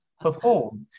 perform